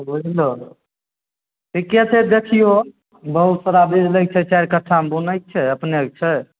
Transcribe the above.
बूझलहौ ठीके छै देखीहो बहुत तोरा बीज लैके छै चाइर कट्ठा मे बुनय के छै अपने के छै